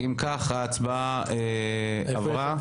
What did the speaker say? אם כך, ההצבעה עברה.